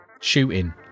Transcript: shooting